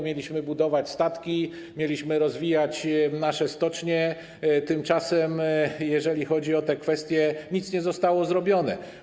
Mieliśmy budować statki, mieliśmy rozwijać nasze stocznie, tymczasem jeżeli chodzi o te kwestie, nic nie zostało zrobione.